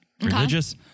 Religious